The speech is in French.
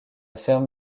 ferme